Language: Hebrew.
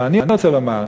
אבל אני רוצה לומר,